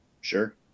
Sure